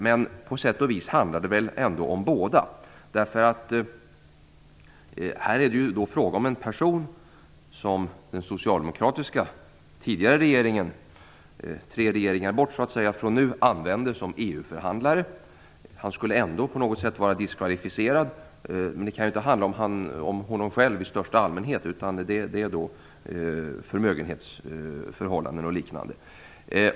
Men på sätt och vis handlar det ändå om båda. Här är det fråga om en person som den tidigare socialdemokratiska regeringen - tre regeringar tillbaks, så att säga - använder som EU förhandlare. Han skulle ändå på något sätt vara diskvalificerad. Men det kan inte handla om honom själv i största allmänhet utan om förmögenhetsförhållanden och liknande.